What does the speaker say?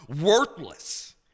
worthless